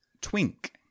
Twink